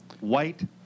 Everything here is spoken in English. white